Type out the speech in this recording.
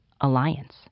Alliance